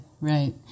right